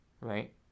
right